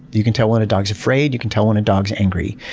you can tell when a dog's afraid. you can tell when a dog's angry.